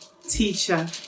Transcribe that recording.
teacher